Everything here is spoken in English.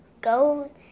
goes